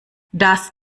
das